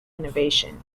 innovation